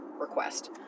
request